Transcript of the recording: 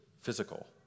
physical